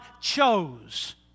chose